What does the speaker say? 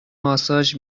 ماساژ